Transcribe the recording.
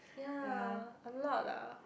ya a lot lah